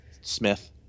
Smith